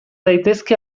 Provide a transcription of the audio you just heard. daitezke